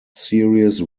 series